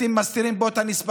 אתם מסתירים פה את הנספחים.